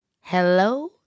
Hello